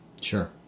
Sure